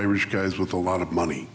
irish guys with a lot of money